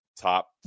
top